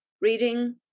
reading